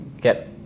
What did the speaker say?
get